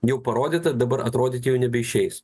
jau parodyta dabar atrodyt jau nebeišeis